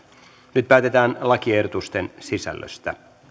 nyt päätetään lakiehdotusten sisällöstä